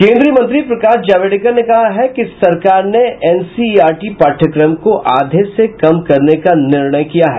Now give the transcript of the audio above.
केंद्रीय मंत्री प्रकाश जावड़ेकर ने कहा है कि सरकार ने एनसीइआरटी पाठयक्रम को आधे से कम करने का निर्णय किया है